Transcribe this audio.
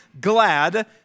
glad